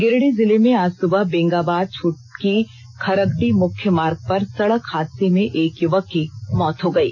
गिरिडीह जिले के आाज सुबह बेंगाबाद छोटकी खरगडीह मुख्य मार्ग पर सड़क हादसे में एक युवक की मौत हो गयी